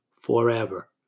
forever